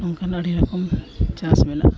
ᱟᱹᱰᱤ ᱨᱚᱠᱚᱢ ᱪᱟᱥ ᱢᱮᱱᱟᱜᱼᱟ